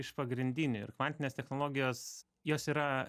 iš pagrindinių ir kvantinės technologijos jos yra